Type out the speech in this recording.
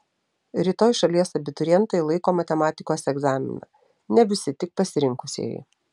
rytoj šalies abiturientai laiko matematikos egzaminą ne visi tik pasirinkusieji